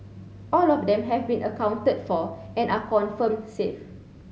all of them have been accounted for and are confirmed safe